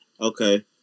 Okay